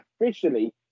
officially